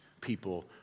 people